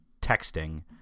texting